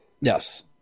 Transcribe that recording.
Yes